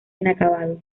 inacabado